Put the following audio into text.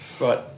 Right